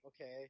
okay